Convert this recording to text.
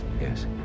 Yes